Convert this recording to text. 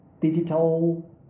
digital